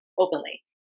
openly